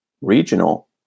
regional